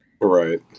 right